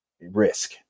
risk